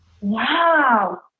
wow